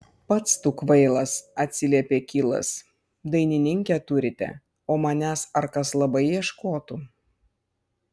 pats tu kvailas atsiliepė kilas dainininkę turite o manęs ar kas labai ieškotų